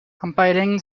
compiling